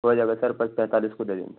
ہو جائے گا سر پچ پینتالیس کو دے دیں گے